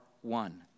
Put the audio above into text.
one